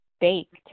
baked